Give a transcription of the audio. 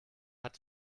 hat